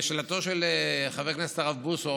אני מבקש להתייחס לשאלתו של חבר כנסת הרב בוסו,